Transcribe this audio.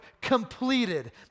completed